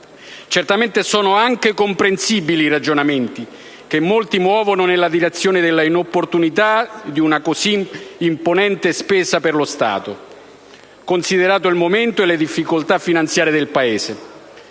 Certamente sono anche comprensibili i ragionamenti che molti muovono nella direzione della inopportunità di una così imponente spesa per lo Stato, considerato il momento e le difficoltà finanziarie del Paese.